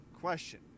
Question